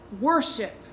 Worship